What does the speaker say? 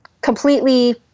completely